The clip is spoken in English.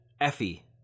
Effie